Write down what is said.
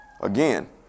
Again